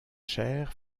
chaire